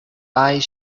eyes